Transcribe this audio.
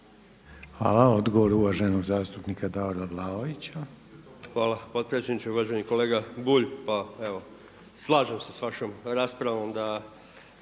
Hvala. Odgovor uvaženog zastupnika Davora Vlaovića.